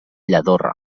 lladorre